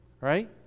right